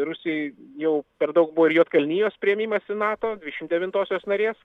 rusijoj jau per daug buvo ir juodkalnijos priėmimas į nato dvidešimt devintosios narės